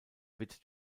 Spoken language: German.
wird